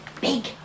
big